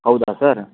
ಹೌದಾ ಸರ್